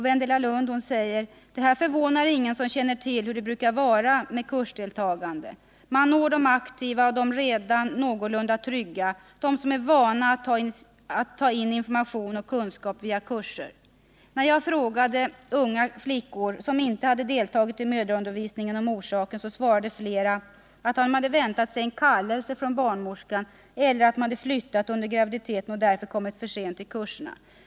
Wendela Lundh säger: ”Det här förvånar ingen som känner till hur det brukar vara med kursdeltagande. Man når de aktiva och de redan någorlunda trygga och de som är vana vid att ta in information och kunskap via kurser. När jag frågade unga flickor som inte deltagit i mödraundervisning om orsaken, svarade flera att de väntat på kallelse från barnmorskan eller att de flyttat under graviditeten och därför kommit för sent till kurserna.